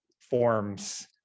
forms